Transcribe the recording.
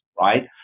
right